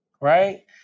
right